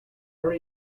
are